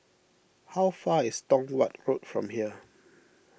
how far is Tong Watt Road from here